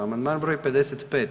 Amandman broj 55.